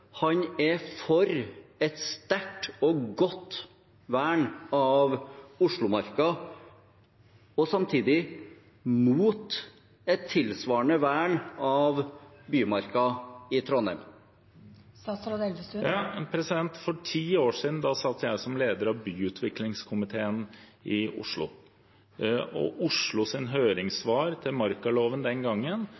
han er for et sterkt og godt vern av Oslomarka og samtidig mot et tilsvarende vern av Bymarka i Trondheim. For ti år siden satt jeg som leder av byutviklingskomiteen i Oslo, og